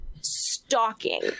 stalking